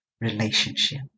relationship